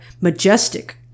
majestic